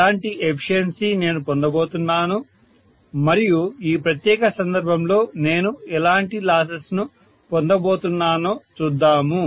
ఎలాంటి ఎఫిషియన్సీ నేను పొందబోతున్నాను మరియు ఈ ప్రత్యేక సందర్భంలో నేను ఎలాంటి లాసెస్ ను పొందబోతున్నానో చూద్దాము